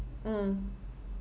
mm